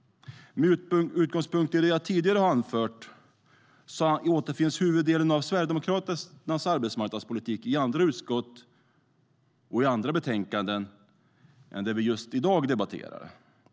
Med utgångspunkt i det jag tidigare har anfört återfinns huvuddelen av Sverigedemokraternas arbetsmarknadspolitik i andra utskott och i andra betänkanden än just det vi i dag debatterar.